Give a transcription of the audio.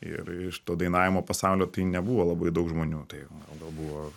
ir iš to dainavimo pasaulio tai nebuvo labai daug žmonių tai gal buvo